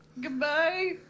goodbye